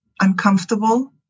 uncomfortable